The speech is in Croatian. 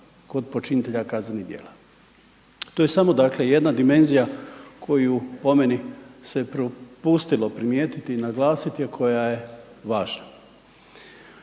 kod počinitelja kaznenih djela, to je samo dakle jedna dimenzija koju po meni se propustilo primijetiti i naglasiti, a koja je važna.